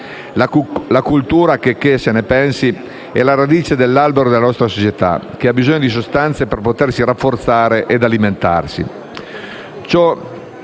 la cultura, checché se ne pensi, è la radice dell'albero della nostra società e ha bisogno di sostanze per potersi rafforzare ed alimentarsi.